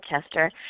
Chester